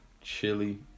Chili